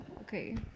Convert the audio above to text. Okay